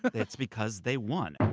but it's because they won.